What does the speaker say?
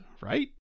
right